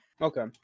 Okay